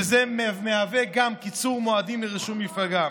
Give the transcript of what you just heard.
זה מהווה גם קיצור מועדים לרישום מפלגה.